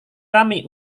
kami